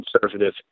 conservative